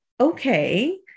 okay